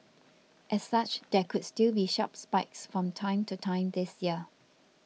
as such there could still be sharp spikes from time to time this year